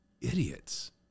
idiots